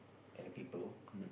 and people